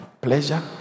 pleasure